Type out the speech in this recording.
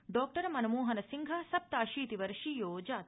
डॉ मनमोहनसिंह सप्ताशीतिवर्षीयो जात